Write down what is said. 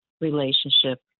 relationship